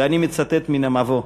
ואני מצטט מן המבוא: